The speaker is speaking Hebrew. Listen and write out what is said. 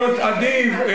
אדיב.